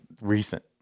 recent